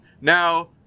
Now